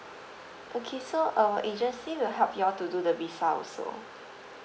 okay so uh agency will help you to do the visa also